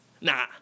Nah